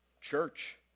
church